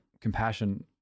compassion